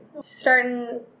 Starting